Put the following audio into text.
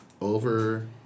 over